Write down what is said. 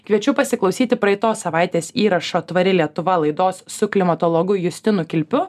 kviečiu pasiklausyti praeitos savaitės įrašo tvari lietuva laidos su klimatologu justinu kilpiu